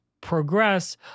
progress